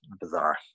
bizarre